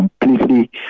completely